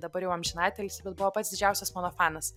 dabar jau amžinatilsį bet buvo pats didžiausias mano fanas